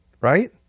Right